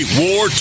war